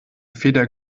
feder